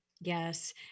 Yes